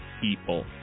people